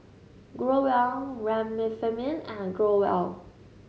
Growell Remifemin and Growell